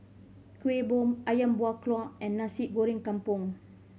Kueh Bom Ayam Buah Keluak and Nasi Goreng Kampung